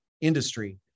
industry